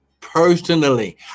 personally